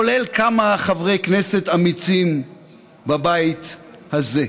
כולל כמה חברי כנסת אמיצים בבית הזה.